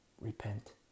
Repent